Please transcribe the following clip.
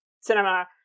cinema